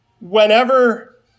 whenever